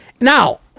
Now